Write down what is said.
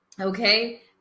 Okay